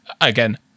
again